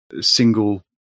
Single